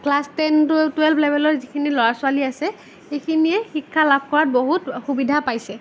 class টেনটো twelve লেভেলৰ যিখিনি ল'ৰা ছোৱালী আছে সেইখিনিয়ে শিক্ষা লাভ কৰাত বহুত সুবিধা পাইছে